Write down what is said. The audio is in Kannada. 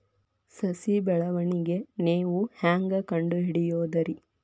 ಸಸಿ ಬೆಳವಣಿಗೆ ನೇವು ಹ್ಯಾಂಗ ಕಂಡುಹಿಡಿಯೋದರಿ?